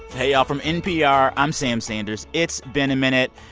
hey, y'all. from npr, i'm sam sanders. it's been a minute.